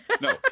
No